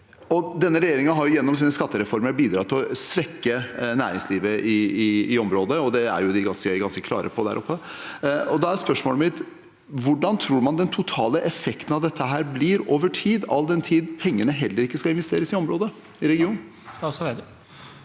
Denne regjeringen har gjennom sine skattereformer bidratt til å svekke næringslivet i området, og det er de ganske klare på der oppe. Da er spørsmålet mitt: Hvordan tror man den totale effekten av dette blir over tid, all den tid pengene heller ikke skal investeres i regionen? Statsråd